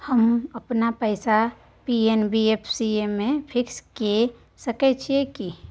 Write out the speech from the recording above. हम अपन पैसा एन.बी.एफ.सी म फिक्स के सके छियै की?